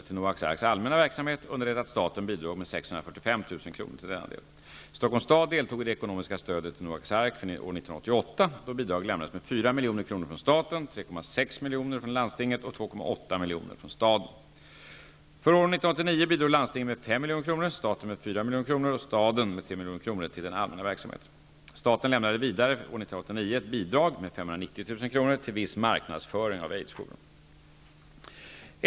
till Noaks Arks allmänna verksamhet under det att staten bidrog med 645 000 För år 1989 bidrog landstinget med 5 milj.kr., staten med 4 milj.kr. och staden med 3 milj.kr. till den allmänna verksamheten. Staten lämnade vidare år 1989 ett bidrag med 590 000 kr. till viss marknadsföring av Aids-jouren.